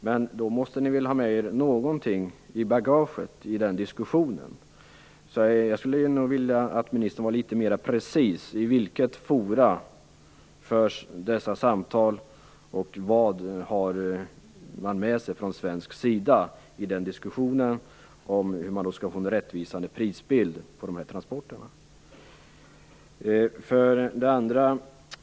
Men då måste ni väl ha någonting med i bagaget i den diskussionen. Jag skulle nog vilja att ministern vore litet mer precis när det gäller i vilket forum samtalen förs och vad som tas upp från svensk sida i diskussionen om hur man skall få en rättvisande prisbild beträffande transporterna. Herr talman!